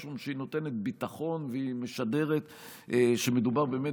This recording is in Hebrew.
משום שהיא נותנת ביטחון והיא משדרת שמדובר באמת